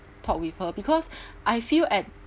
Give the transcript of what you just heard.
talk with her because I feel at